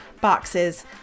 boxes